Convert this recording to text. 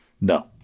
No